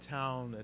town